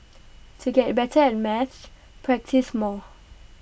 to get better at maths practise more